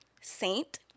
Saint